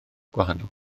gwahanol